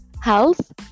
health